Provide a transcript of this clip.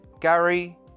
Gary